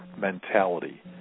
mentality